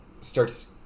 starts